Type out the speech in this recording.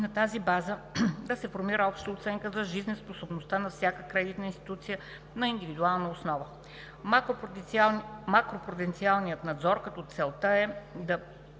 на тази база да се формира обща оценка за жизнеспособността на всяка кредитна институция на индивидуална основа; - макропруденциалният надзор, като целта е да